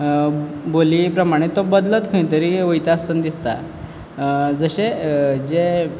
बोलये प्रमाणे तो बदलत खंयतरी वयता आसतना दिसता जशें जे